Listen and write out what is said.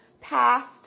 past